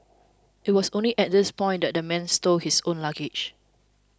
it was only at this point that the man stowed his own luggage